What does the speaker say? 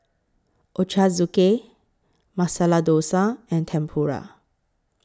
Ochazuke Masala Dosa and Tempura